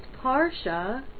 Parsha